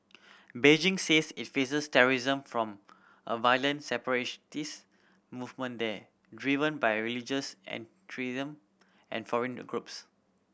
Beijing says it faces terrorism from a violent separatist movement there driven by religious and extremism and foreign the groups